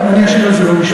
אני אשיב על זה משפט.